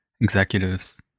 executives